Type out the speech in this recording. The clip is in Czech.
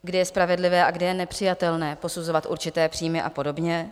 kdy je spravedlivé a kdy je nepřijatelné posuzovat určité příjmy a podobně.